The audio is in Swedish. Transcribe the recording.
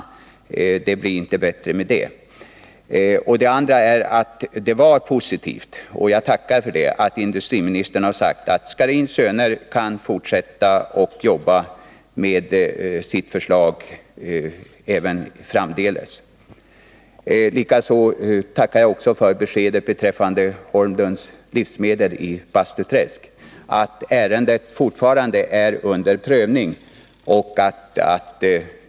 Det blir inte bättre med det. Vidare är det positivt — jag tackar för det — att industriministern har sagt att Scharins Söner kan fortsätta att jobba med sitt förslag även framdeles. Likaså tackar jag för beskedet beträffande Holmlunds Livsmedel i Bastuträsk att ärendet fortfarande är under prövning.